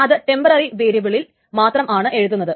അത് ടെംബററി വേരിയബിളിൽ മാത്രമാണ് എഴുതുന്നത്